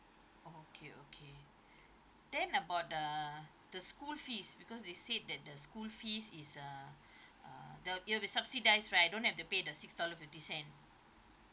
okay okay then about the the school fees because they said that the school fees is uh uh there'll it'll be subsidised right I don't have to pay the six dollar fifty cent